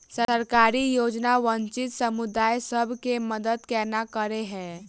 सरकारी योजना वंचित समुदाय सब केँ मदद केना करे है?